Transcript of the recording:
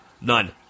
None